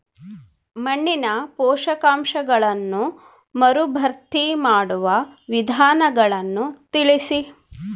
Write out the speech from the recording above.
ಮಣ್ಣಿನ ಪೋಷಕಾಂಶಗಳನ್ನು ಮರುಭರ್ತಿ ಮಾಡುವ ವಿಧಾನಗಳನ್ನು ತಿಳಿಸಿ?